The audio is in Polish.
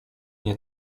nie